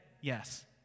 yes